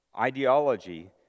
ideology